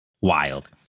wild